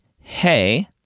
Hey